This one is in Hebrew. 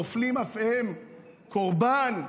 נופלים אף הם קורבן לטובחים.